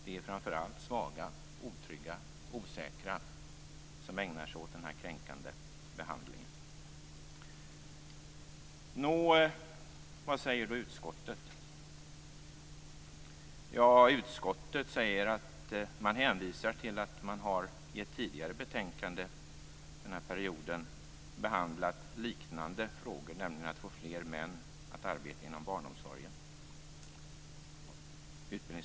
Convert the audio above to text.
Det är framför allt svaga, otrygga och osäkra pojkar som ägnar sig åt denna kränkande behandling. Nå, vad säger då utskottet? Ja, man hänvisar till att man i ett tidigare betänkande under den här perioden har behandlat liknande frågor - betänkande nr 15 - som att få fler män att arbeta inom barnomsorgen.